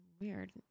Weird